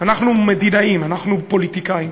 אנחנו מדינאים, אנחנו פוליטיקאים,